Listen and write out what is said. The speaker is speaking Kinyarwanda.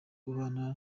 ubana